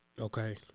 Okay